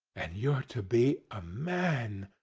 and you're to be a man!